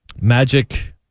Magic